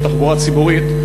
בתחבורה ציבורית,